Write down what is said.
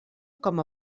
com